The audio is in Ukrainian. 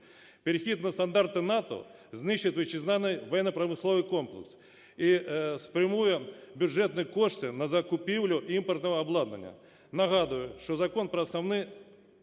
перехід на стандарти НАТО знищить вітчизняний воєнно-промисловий комплекс і спрямує бюджетні кошти на закупівлю імпортного обладнання. Нагадую, що Закон про основи